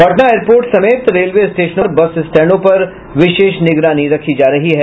Patna airport समेत रेलवे स्टेशनों और बस स्टैंडो पर विशेष निगरानी रखी जा रही है